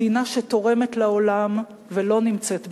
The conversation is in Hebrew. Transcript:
מדינה שתורמת לעולם ולא נמצאת בשוליו.